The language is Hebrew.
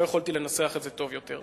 לא יכולתי לנסח את זה טוב יותר.